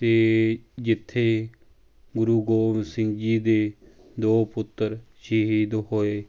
ਅਤੇ ਜਿੱਥੇ ਗੁਰੂ ਗੋਬਿੰਦ ਸਿੰਘ ਜੀ ਦੇ ਦੋ ਪੁੱਤਰ ਸ਼ਹੀਦ ਹੋਏ